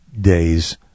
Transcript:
days